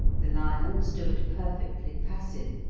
the lion stood perfectly passive,